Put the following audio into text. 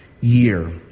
year